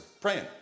praying